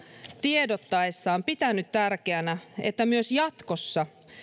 tiedottaessaan pitänyt tärkeänä että myös jatkossa